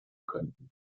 könnten